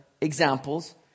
examples